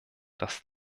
das